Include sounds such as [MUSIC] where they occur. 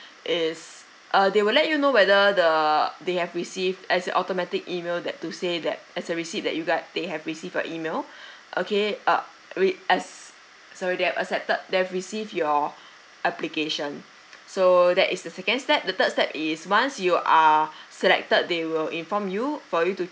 is uh they will let you know whether the they have received as an automatic email that to say that as a receipt that you guys they have received your email [BREATH] okay uh we as sorry they have accepted they have received your [BREATH] application so that is the second step the third step is once you are [BREATH] selected they will inform you for you to